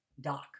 doc